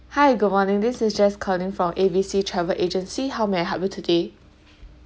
hi good morning this is jess calling from A B C travel agency how may I help you today